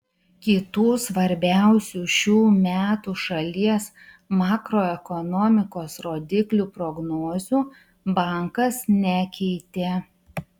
kitų svarbiausių šių metų šalies makroekonomikos rodiklių prognozių bankas nekeitė